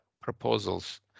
proposals